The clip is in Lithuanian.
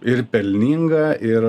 ir pelninga ir